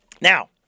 Now